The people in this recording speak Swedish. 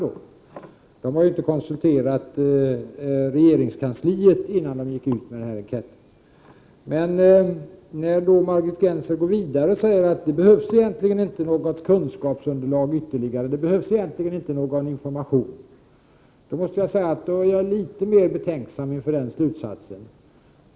Landstings förbundet har inte konsulterat regeringskansliet innan man gick ut med den här enkäten. När Margit Gennser går vidare och säger att det egentligen inte behövs något ytterligare kunskapsunderlag, att det egentligen inte behövs någon information, då är jag litet mer betänksam inför den slutsatsen.